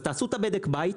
אז תעשו בדק בית.